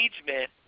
engagement